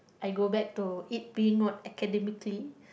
I go back to it being more academically